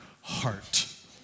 heart